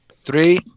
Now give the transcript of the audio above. three